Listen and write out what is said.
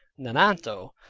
naananto,